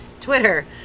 Twitter